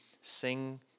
sing